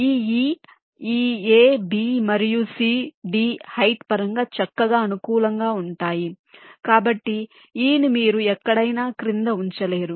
ఈ e ఈ a b మరియు c d హైట్ పరంగా చక్కగా అనుకూలంగా ఉంటాయి కాబట్టి e ని మీరు ఎక్కడైనా క్రింద ఉంచలేరు